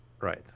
Right